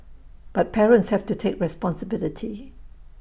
but parents have to take responsibility